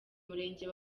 murenge